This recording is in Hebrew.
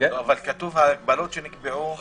אבל כתוב ההגבלות שנקבעו